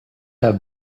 have